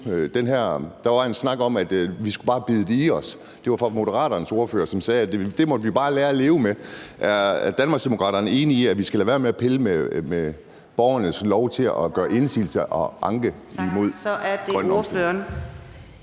Der var jo en snak om, at vi bare skulle bide det i os. Det var Moderaternes ordfører, som sagde, at det måtte vi bare lære at leve med. Er fru Inger Støjberg og Danmarksdemokraterne enige i, at vi skal lade være med at pille ved, at borgerne har lov til at gøre indsigelse og anke imod grøn omstilling?